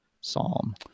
psalm